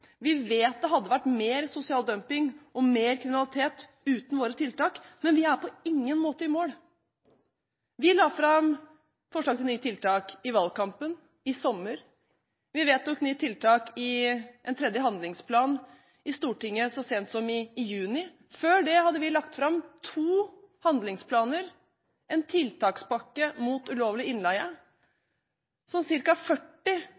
Vi vet at det hadde vært mer sosial dumping og mer kriminalitet uten våre tiltak, men vi er på ingen måte i mål. Vi la fram forslag til nye tiltak i valgkampen i sommer. Vi vedtok nytt tiltak i en tredje handlingsplan i Stortinget så sent som i juni. Før det hadde vi lagt fram to handlingsplaner, en tiltakspakke mot ulovlig innleie. Cirka 40